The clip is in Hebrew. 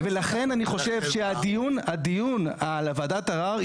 ולכן אני חושב שהדיון על וועדת ערר,